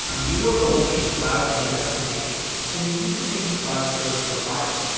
you are building a cloud-native application and you need to pick a cloud service provider.